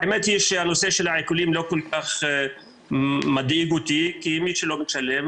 האמת היא שהנושא של העיקולים לא כל כך מדאיג אותי כי מי שלא משלם,